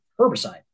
herbicide